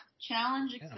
challenge